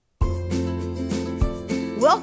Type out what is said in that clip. Welcome